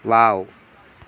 wow